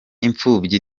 imfubyi